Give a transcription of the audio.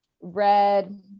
Red